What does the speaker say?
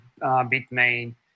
Bitmain